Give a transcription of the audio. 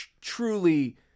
truly